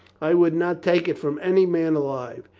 i would not take it from any man alive.